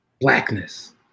blackness